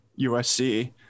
USC